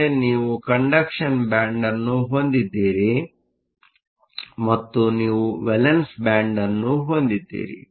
ಆದ್ದರಿಂದ ನೀವು conduction band ಅನ್ನು ಹೊಂದಿದ್ದೀರಿ ಮತ್ತು ನೀವು ವೇಲೆನ್ಸ್ ಬ್ಯಾಂಡ್ ಅನ್ನು ಹೊಂದಿದ್ದೀರಿ